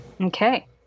Okay